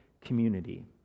community